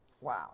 wow